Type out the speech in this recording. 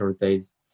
days